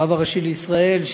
הרב הראשי לישראל,